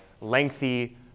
lengthy